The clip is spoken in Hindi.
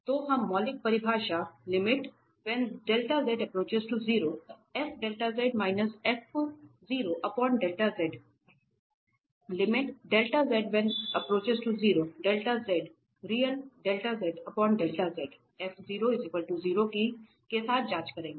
तो हम मौलिक परिभाषा f 0 के साथ जांच करेंगे